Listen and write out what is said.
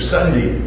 Sunday